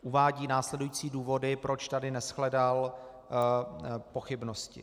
Uvádí následující důvody, proč tady neshledal pochybnosti.